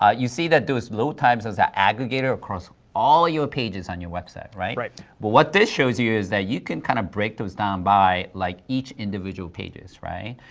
ah you see that those load times is aggregated across all your pages on your website, right? right. but what this shows you is that you can kind of break those down by like each individual pages, right?